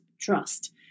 trust